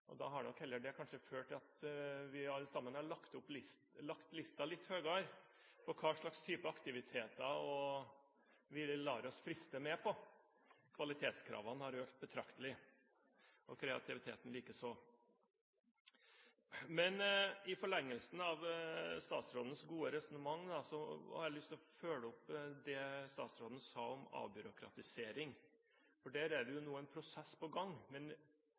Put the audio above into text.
og da har nok det heller kanskje ført til at vi alle sammen har lagt listen litt høyere for hva slags typer aktiviteter vi lar oss friste til å være med på. Kvalitetskravene har økt betraktelig, og kreativiteten likeså. I forlengelsen av statsrådens gode resonnement har jeg lyst til å følge opp det statsråden sa om avbyråkratisering, for der er det nå en prosess på gang. Men